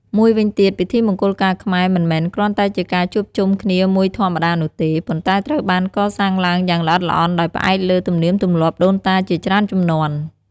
មួយវិញទៀត ពិធីមង្គលការខ្មែរមិនមែនគ្រាន់តែជាការជួបជុំគ្នាមួយធម្មតានោះទេ ប៉ុន្តែត្រូវបានកសាងឡើងយ៉ាងល្អិតល្អន់ដោយផ្អែកលើទំនៀមទម្លាប់ដូនតាជាច្រើនជំនាន់។